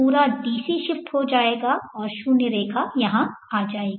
पूरा DC shift हो जाएगा और 0 रेखा यहां आ जाएगी